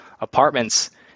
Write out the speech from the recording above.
apartments